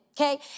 okay